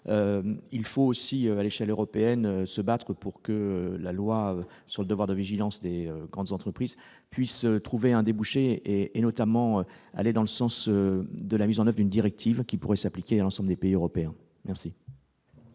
il faut aussi à l'échelle européenne, se battre pour que la loi sur le devoir de vigilance des grandes entreprises puissent trouver un débouché et notamment aller dans le sens de la mise en oeuvre une directive qui pourrait s'appliquer à l'ensemble des pays européens, merci.